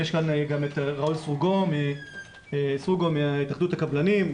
יש כאן גם את ראול סרוגו מהתאחדות הקבלנים.